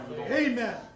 Amen